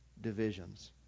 divisions